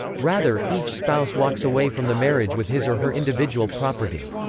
rather, each spouse walks away from the marriage with his or her individual property.